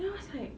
then I was like